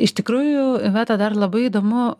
iš tikrųjų iveta dar labai įdomu